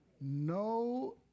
No